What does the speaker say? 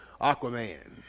Aquaman